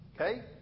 Okay